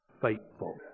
faithful